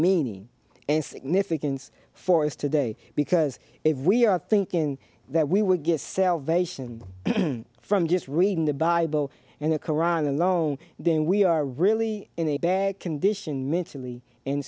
meaning and significance for us today because if we are thinking that we would get salvation from just reading the bible and the qur'an alone then we are really in a bad condition mentally and